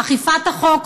אכיפת החוק,